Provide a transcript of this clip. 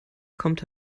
kommt